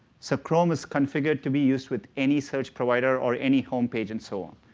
so chrome is configured to be used with any such provider or any home page and so on.